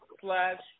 slash